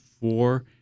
four